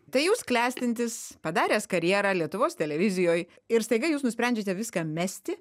tai jūs klestintis padaręs karjerą lietuvos televizijoj ir staiga jūs nusprendžiate viską mesti